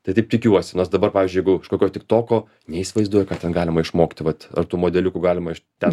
tai taip tikiuosi nors dabar pavyzdžiui jeigu iš kokio tiktoko neįsivaizduoju ką ten galima išmokti vat ar tų modeliukų galima iš ten